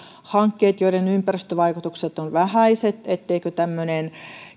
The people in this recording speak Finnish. kohdalla joiden ympäristövaikutukset ovat vähäiset tämmöinen